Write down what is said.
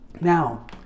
Now